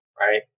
right